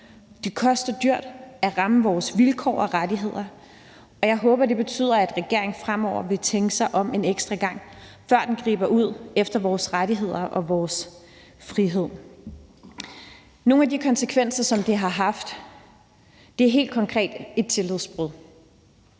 det koster dyrt at ramme vores vilkår og rettigheder. Og jeg håber, det betyder, at regeringen fremover vil tænke sig om en ekstra gang, før den griber ud efter vores rettigheder og vores frihed. Blandt nogle af de konsekvenser, det har haft, er helt konkret et tillidsbrud.